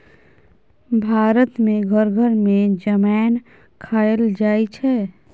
भारत मे घर घर मे जमैन खाएल जाइ छै